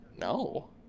No